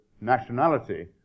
nationality